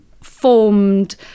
formed